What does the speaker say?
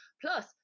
plus